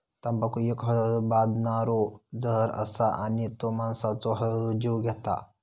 तंबाखू एक हळूहळू बादणारो जहर असा आणि तो माणसाचो हळूहळू जीव घेता